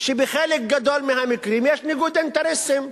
שבו בחלק גדול מהמקרים יש ניגוד אינטרסים: